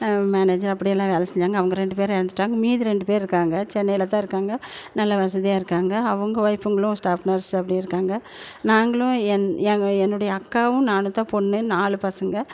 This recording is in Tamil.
மேனஜர் அப்படியெல்லாம் வேலை செஞ்சாங்க அவங்க ரெண்டு பேரும் இறந்துட்டாங்க மீதி ரெண்டு பேர்இருக்காங்க சென்னையில் தான் இருக்காங்க நல்ல வசதியாகருக்காங்க அவங்க ஒய்ஃபுங்களும் ஸ்டாஃப் நர்ஸ் அப்படி இருக்காங்க நாங்களும் எங் எங்கள் என்னுடைய அக்காவும் நானும் தான் பொண்ணு நாலு பசங்கள்